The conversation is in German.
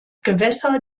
gewässer